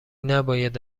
نباید